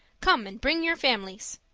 come and bring your families.